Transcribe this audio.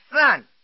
son